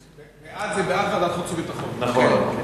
ההצעה להעביר את הנושא לוועדת החוץ והביטחון נתקבלה.